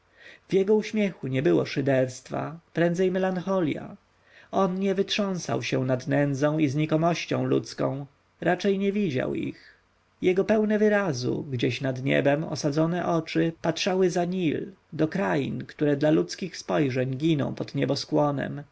w jego uśmiechu nie było szyderstwa prędzej melancholja on nie natrząsał się z nędzy i znikomości ludzkiej raczej nie widział ich jego pełne wyrazu gdzieś pod niebem osadzone oczy patrzyły na nil do krain które dla ludzkich spojrzeń giną pod nieboskłonem